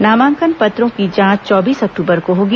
नामांकन पत्रों की जांच चौबीस अक्टूबर को होगी